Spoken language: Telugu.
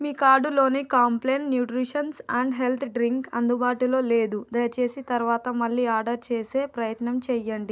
మీ కార్టులోని Complan nutritions and health drink అందుబాటులో లేదు దయచేసి తరువాత మళ్ళీ ఆడర్ చేసే ప్రయత్నం చెయ్యండి